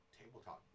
tabletop